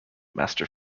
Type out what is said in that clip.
master